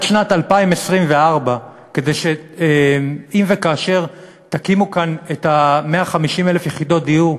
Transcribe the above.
שנת 2024 כדי שאם וכאשר תקימו כאן את ה-150,000 יחידות דיור,